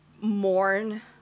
mourn